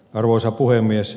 arvoisa puhemies